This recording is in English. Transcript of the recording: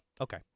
Okay